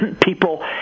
people